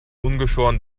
ungeschoren